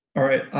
alright.